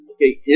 Okay